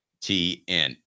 TN